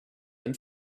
and